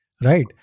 Right